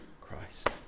Christ